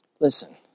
listen